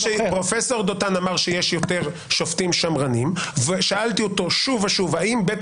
פרופסור דותן אמר שיש יותר שופטים שמרנים ושאלתי אותו שוב ושוב האם בית